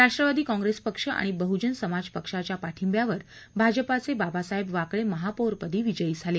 Rashtrawadi Congress पक्ष आणि बहुजन समाज पक्षाच्या पाठिब्यावर भाजपाचे बाबासाहेब वाकळे महापौरपदी विजयी झाले